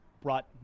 brought